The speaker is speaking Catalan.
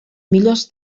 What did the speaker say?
millors